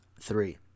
Three